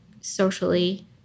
socially-